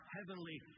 Heavenly